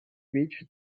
beach